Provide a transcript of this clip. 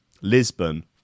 Lisbon